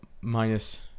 minus